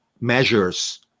measures